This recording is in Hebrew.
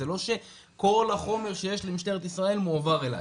זה לא שכל החומר שיש למשטרת ישראל מועבר אלי,